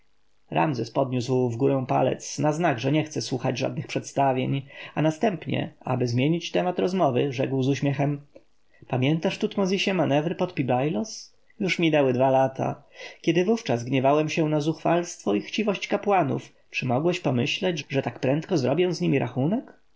ramzes podniósł wgórę palec na znak że nie chce słuchać żadnych przedstawień a następnie aby zmienić temat rozmowy rzekł z uśmiechem pamiętasz tutmozisie manewry pod pi-bailos już minęły dwa lata kiedy wówczas gniewałem się na zuchwalstwo i chciwość kapłanów czy mogłeś pomyśleć że tak prędko zrobię z nimi rachunek